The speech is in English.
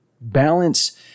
balance